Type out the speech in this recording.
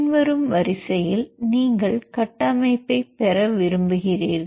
பின்வரும் வரிசையில் நீங்கள் கட்டமைப்பைப் பெற விரும்புகிறீர்கள்